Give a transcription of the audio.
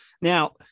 now